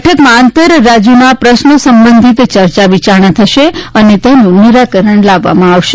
બેઠકમાં આંતર રાજયોના પ્રશ્નો સંબંધીત ચર્ચા વિચારણા થશે અને તેનું નિરાકરણ લાવવામાં આવશે